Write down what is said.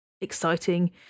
exciting